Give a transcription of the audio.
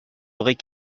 aurait